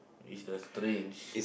is the strange